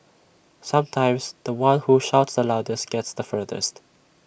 sometimes The One who shouts the loudest gets the furthest